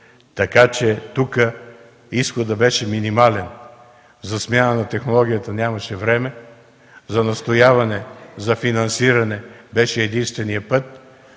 Така че тук изходът беше минимален. За смяна на технологията нямаше време. За настояване за финансиране беше единственият път,